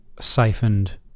siphoned